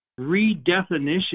redefinition